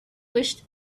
wished